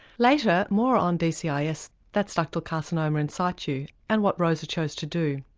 later, more on dcis. that's ductal carcinoma in situ, and what rosa chose to do.